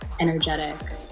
energetic